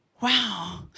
Wow